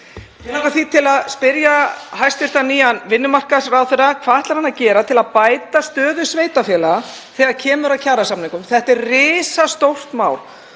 Mig langar því til að spyrja hæstv. nýjan vinnumarkaðsráðherra: Hvað ætlar hann að gera til að bæta stöðu sveitarfélaga þegar kemur að kjarasamningum? Þetta er risastórt mál.